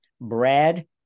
brad